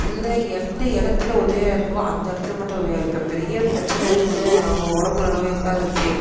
இல்லை எந்த இடத்துல உதவியாக இருக்கோ அந்த இடத்துல மட்டும் உதவியாக இருக்குது இப்போ பெரிய பிரச்சின இருக்குது அவங்க உடம்புல நோய் இருக்குது அதை எவ்